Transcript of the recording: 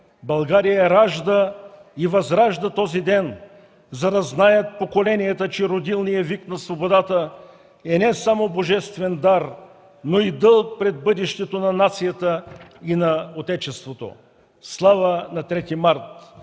България ражда и възражда този ден, за да знаят поколенията, че родилният вик на свободата е не само божествен дар, но и дълг пред бъдещето на нацията и на отечеството. Слава на 3 март!